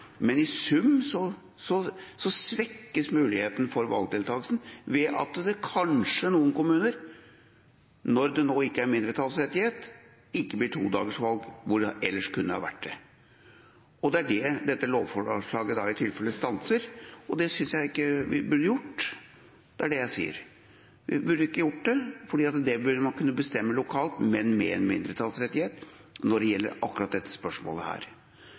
Men i sum svekkes muligheten for valgdeltakelse ved at det kanskje i noen kommuner, når det nå ikke er en mindretallsrettighet, ikke blir todagersvalg, hvor det ellers kunne ha vært det. Det er det dette lovforslaget i tilfelle stanser, og det synes jeg ikke vi burde gjøre. Det er det jeg sier. Vi burde ikke gjøre det, for det burde man kunne bestemme lokalt, men med en mindretallsrettighet når det gjelder akkurat dette spørsmålet.